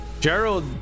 Gerald